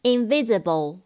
Invisible